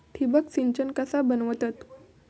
ठिबक सिंचन कसा बनवतत?